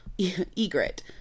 Egret